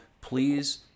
please